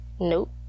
Nope